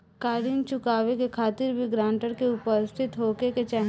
का ऋण चुकावे के खातिर भी ग्रानटर के उपस्थित होखे के चाही?